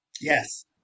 Yes